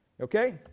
Okay